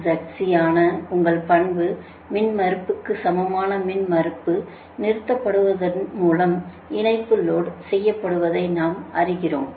Zc ஆன உங்கள் பண்பு மின்மறுப்புக்கு சமமான மின்மறுப்பு நிறுத்தப்படுவதன் மூலம் இணைப்பு லோடு செய்யப்படுவதை நாம் அறிகிறோம்